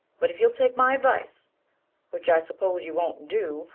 but if you'll take my advice which i suppose you won't do,